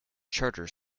charter